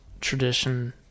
tradition